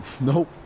Nope